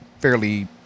fairly